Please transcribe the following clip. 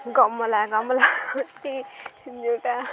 ଗମଲା ଗମଲା ହେଉଛି ଯେଉଁଟା